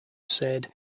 said